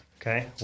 Okay